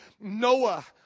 Noah